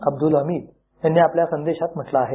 अब्दुल हमीद यांनी आपल्या संदेशांत म्हटलं आहे